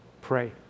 pray